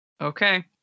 Okay